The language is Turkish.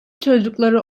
çocukları